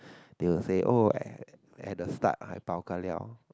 they will say oh at at the start I bao ka liao